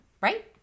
Right